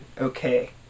okay